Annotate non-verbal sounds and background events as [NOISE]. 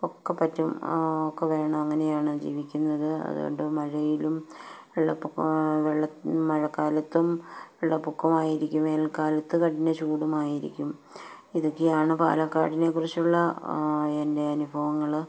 ഒക്കെ പറ്റും [UNINTELLIGIBLE] അങ്ങനെയാണ് ജീവിക്കുന്നത് അതുകൊണ്ട് മഴയിലും മഴക്കാലത്ത് വെള്ളപ്പൊക്കമായിരിക്കും വേനൽക്കാലത്ത് കഠിന ചൂടുമായിരിക്കും ഇതൊക്കെയാണ് പാലക്കാടിനെക്കുറിച്ചുള്ള എൻ്റെ അനുഭവങ്ങള്